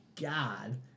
god